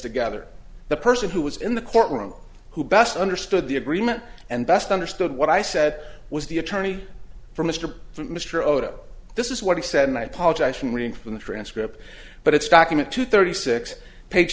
together the person who was in the courtroom who best understood the agreement and best understood what i said was the attorney for mr mr odo this is what he said and i apologize from reading from the transcript but it's document two thirty six page